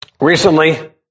Recently